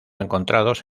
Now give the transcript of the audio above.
encontrados